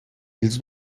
ils